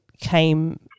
came –